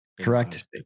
Correct